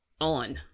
on